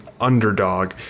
underdog